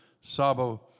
Sabo